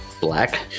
black